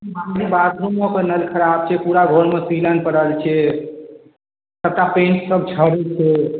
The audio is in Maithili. बाथरूमोके नल खराब छै पूरा घरमे सीलन पड़ल छै सभटा पेन्ट सभ झड़ैत छै